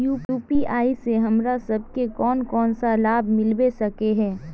UPI से हमरा सब के कोन कोन सा लाभ मिलबे सके है?